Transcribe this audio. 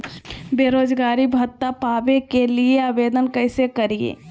बेरोजगारी भत्ता पावे के लिए आवेदन कैसे करियय?